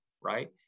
right